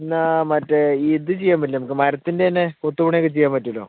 പിന്നെ മറ്റേ ഇതു ചെയ്യാൻ പറ്റില്ലേ നമുക്ക് മരത്തിൻ്റെ തന്നെ കൊത്തു പണിയൊക്കെ ചെയ്യാൻ പറ്റുമല്ലോ